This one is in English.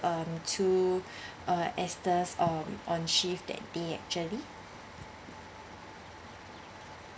um two uh esters um on shift that day actually